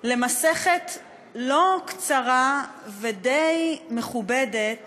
למסכת לא קצרה ודי מכובדת